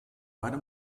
beide